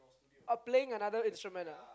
or playing another instrument ah